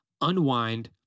unwind